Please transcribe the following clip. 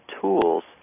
tools